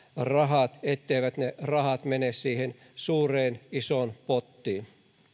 rahat etteivät ne rahat mene siihen suureen isoon pottiin